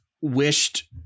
wished